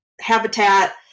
habitat